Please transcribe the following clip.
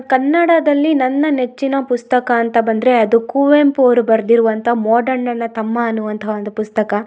ಕನ್ನಡದಲ್ಲಿ ನನ್ನ ನೆಚ್ಚಿನ ಪುಸ್ತಕ ಅಂತ ಬಂದರೆ ಅದು ಕುವೆಂಪು ಅವರು ಬರ್ದಿರುವಂಥ ಮೋಡಣ್ಣನ ತಮ್ಮ ಅನ್ನುವಂತಹ ಒಂದು ಪುಸ್ತಕ